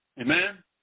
Amen